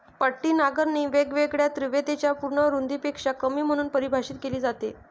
पट्टी नांगरणी वेगवेगळ्या तीव्रतेच्या पूर्ण रुंदीपेक्षा कमी म्हणून परिभाषित केली जाते